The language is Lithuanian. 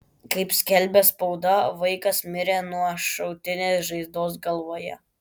kaip skelbia spauda vaikas mirė nuo šautinės žaizdos galvoje